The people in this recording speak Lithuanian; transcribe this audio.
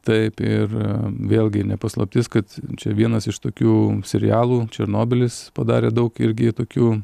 taip ir vėlgi ne paslaptis kad čia vienas iš tokių serialų černobylis padarė daug irgi tokių